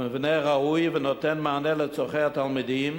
המבנה ראוי ונותן מענה לצורכי התלמידים